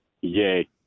Yay